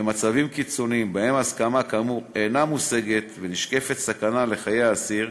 במצבים הקיצוניים שבהם הסכמה כאמור אינה מושגת ונשקפת סכנה לחיי האסיר,